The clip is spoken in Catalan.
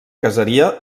caseria